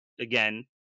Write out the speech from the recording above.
again